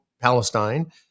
Palestine